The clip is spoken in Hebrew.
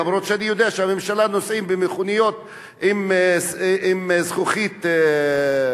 למרות שאני יודע שהממשלה נוסעת במכוניות עם זכוכית שחורה,